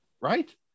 Right